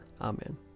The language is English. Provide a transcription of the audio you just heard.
Amen